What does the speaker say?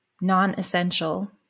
non-essential